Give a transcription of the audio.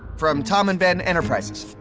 from tom and ben enterprises.